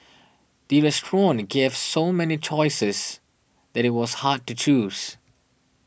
the restaurant gave so many choices that it was hard to choose